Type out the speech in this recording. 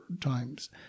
times